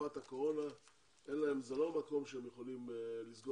שבתקופת הקורונה זה לא מקום שהם יכולים להיות בו.